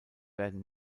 werden